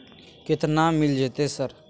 केतना मिल जेतै सर?